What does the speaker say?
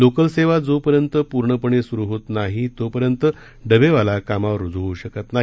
लोकलसेवा जोपर्यंत पूर्णपणे स्रु होत नाही तोपर्यंत डबेवाला कामावर रूजू होऊ शकत नाही